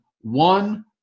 one